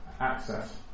access